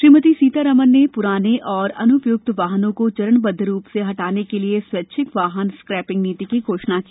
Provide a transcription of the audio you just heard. श्रीमती सीतारामन ने पुराने और अनुपयुक्त वाहनों को चरणबद्व रूप से हटाने के लिए स्थैच्छिक वाहन स्क्रैपिंग नीति की घोषणा की